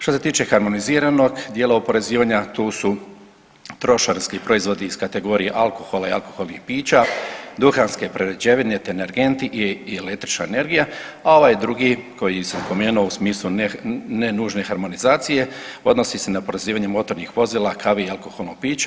Što se tiče harmoniziranog dijela oporezivanja tu su trošarinski proizvodi iz kategorija alkohola i alkoholnih pića, duhanske prerađevine, te energenti i električna energija, a ovaj drugi koji se spomenuo u smislu ne nužne harmonizacije odnosi se na oporezivanje motornih vozila, kave i alkoholnih pića.